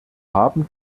haben